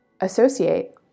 associate